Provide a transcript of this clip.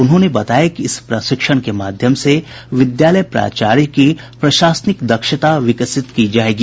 उन्होंने बताया कि इस प्रशिक्षण के माध्यम से विद्यालय प्राचार्य की प्रशासनिक दक्षता विकसित की जायेगी